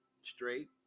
straight